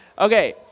Okay